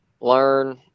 learn